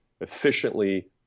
efficiently